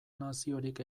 naziorik